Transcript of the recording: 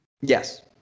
Yes